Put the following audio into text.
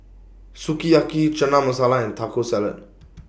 Sukiyaki Chana Masala and Taco Salad